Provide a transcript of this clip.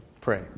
pray